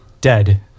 dead